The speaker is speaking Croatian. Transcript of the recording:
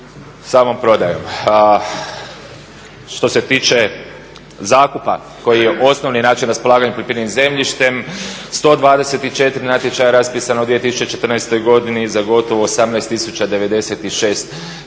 samom prodajom. Što se tiče zakupa koji je osnovni način raspolaganja poljoprivrednim zemljištem, 124 natječaja raspisano u 2014. godini za gotovo 18096